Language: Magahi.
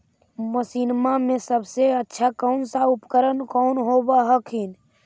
मसिनमा मे सबसे अच्छा कौन सा उपकरण कौन होब हखिन?